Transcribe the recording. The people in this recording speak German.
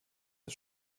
das